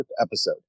episode